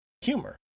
humor